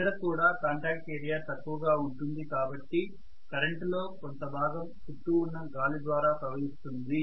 ఇక్కడ కూడా contact area తక్కువ గా ఉంటుంది కాబట్టి కరెంటు లో కొంత భాగం చుట్టూఉన్నగాలి ద్వారా ప్రవహిస్తుంది